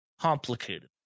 complicated